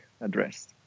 address